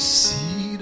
see